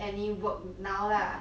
ya true lah but